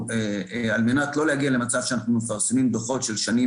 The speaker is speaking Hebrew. ולא להגיע למצב שאנחנו מפרסמים דוחות של שנים